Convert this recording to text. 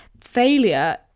Failure